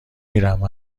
میرم